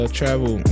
travel